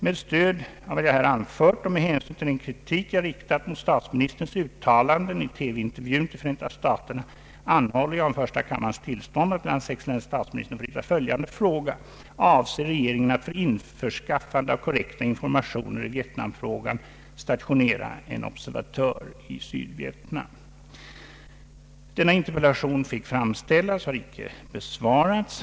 Med stöd av vad jag här anfört och med hänsyn till den kritik jag riktat mot statsministerns uttalanden i TV-intervjun till Förenta staterna anhåller jag om första kammarens tillstånd att till hans excellens statsministern få rikta följande fråga: Avser regeringen att för införskaffande av korrekta informationer i Vietnamfrågan stationera en observatör i Sydvietnam?” Denna interpellation fick framställas. Den har icke besvarats.